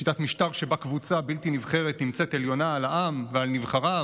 שיטת משטר שבה קבוצה בלתי נבחרת נמצאת עליונה על העם ועל נבחריו